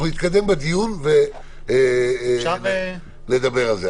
אנחנו נתקדם בדיון ונדבר על זה.